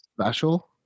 special